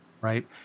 right